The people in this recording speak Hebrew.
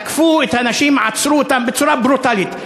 תקפו את האנשים ועצרו אותם בצורה ברוטלית.